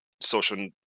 social